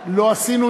ממילא תפחת עוד